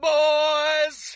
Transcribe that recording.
boys